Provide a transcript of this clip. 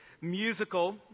musical